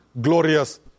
glorious